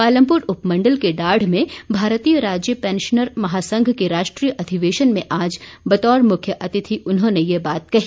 पालमपुर उपमंडल के डाढ़ में भारतीय राज्य पैंशनर महासंघ के राष्ट्रीय अधिवेशन में आज बतौर मुख्यातिथि उन्होंने यह बात कही